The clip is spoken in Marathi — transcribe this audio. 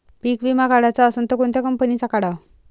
पीक विमा काढाचा असन त कोनत्या कंपनीचा काढाव?